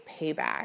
payback